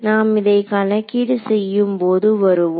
நாம் இதை கணக்கீடு செய்யும் போது வருவோம்